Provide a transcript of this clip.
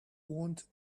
want